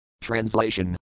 Translation